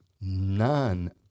None